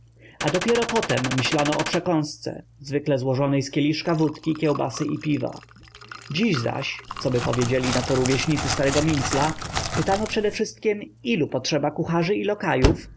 a dopiero potem myślano o przekąsce zwykle złożonej z kieliszka wódki kiełbasy i piwa dziś zaś coby powiedzieli na to rówieśnicy starego mincla pytano przedewszystkiem ilu potrzeba kucharzy i lokajów a